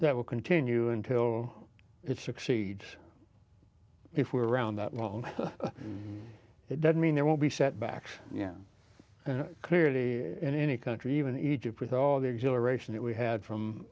that will continue until it succeeds if we're around that long it doesn't mean there won't be setbacks and clearly in any country even egypt with all the exhilaration that we had from